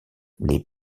les